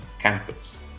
Campus